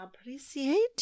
appreciate